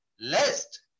lest